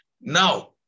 Now